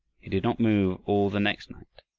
he did not move all the next night,